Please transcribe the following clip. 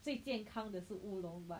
最健康的是乌龙 but